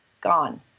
gone